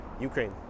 Ukraine